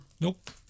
Nope